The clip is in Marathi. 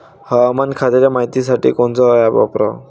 हवामान खात्याच्या मायतीसाठी कोनचं ॲप वापराव?